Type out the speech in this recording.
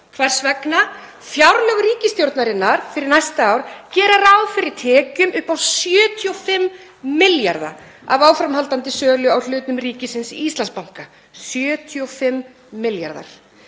Hvers vegna? Fjárlög ríkisstjórnarinnar fyrir næsta ár gera ráð fyrir tekjum upp á 75 milljarða af áframhaldandi sölu á hlutum ríkisins í Íslandsbanka — 75 milljarðar.